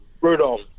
Rudolph